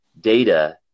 data